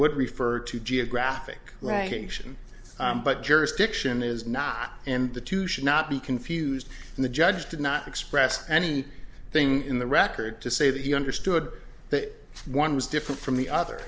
would refer to geographic writing fiction but jurisdiction is not and the two should not be confused and the judge did not express any thing in the record to say that he understood that one was different from the other